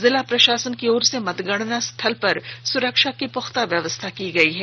जिला प्रशासन की ओर से मतगणना स्थल पर सुरक्षा की पुख्ता व्यवस्था की गयी है